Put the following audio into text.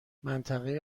منطقه